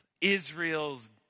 Israel's